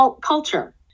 culture